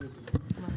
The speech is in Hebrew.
בבקשה,